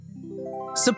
Support